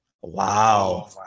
Wow